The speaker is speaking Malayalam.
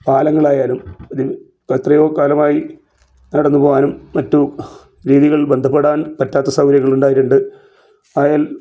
കാലങ്ങളായാലും ഇത് എത്രയോ കാലമായി നടന്നുപോകാനും മറ്റു രീതികൾ ബന്ധപ്പെടാൻ പറ്റാത്ത സൗകര്യങ്ങൾ ഉണ്ടായിട്ടുണ്ട് ആയൽ